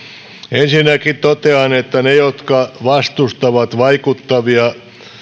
ensinnäkin totean että ne jotka vastustavat